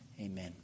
Amen